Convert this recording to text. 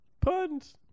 Puns